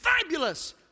fabulous